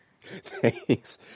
Thanks